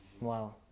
Wow